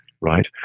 Right